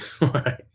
Right